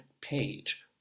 page